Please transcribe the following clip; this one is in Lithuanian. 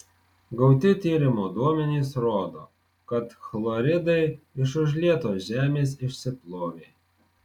gauti tyrimo duomenys rodo kad chloridai iš užlietos žemės išsiplovė